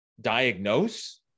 diagnose